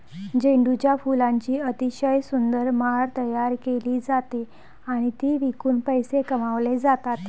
झेंडूच्या फुलांची अतिशय सुंदर माळ तयार केली जाते आणि ती विकून पैसे कमावले जातात